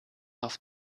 auf